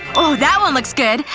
oh, that one looks good.